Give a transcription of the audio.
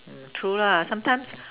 mm true lah sometimes